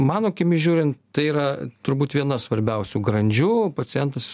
mano akimis žiūrint tai yra turbūt viena svarbiausių grandžių pacientas